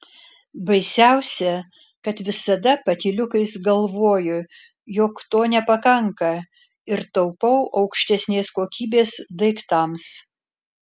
baisiausia kad visada patyliukais galvoju jog to nepakanka ir taupau aukštesnės kokybės daiktams